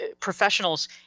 professionals